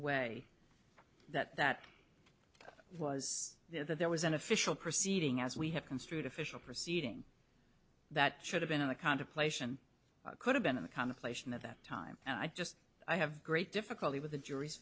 way that that was that there was an official proceeding as we have construed official proceeding that should have been a contemplation could have been in the connotation at that time and i just i have great difficulty with the jury's